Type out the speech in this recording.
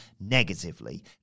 negatively